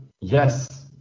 Yes